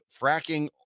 fracking